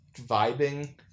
vibing